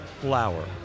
flower